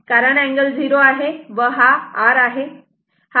कारण अँगल 0 आहे व हा R आहे